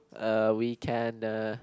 err we can uh